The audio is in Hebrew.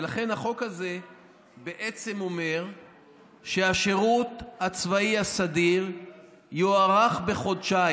ולכן החוק הזה בעצם אומר שהשירות הצבאי הסדיר יוארך בחודשיים.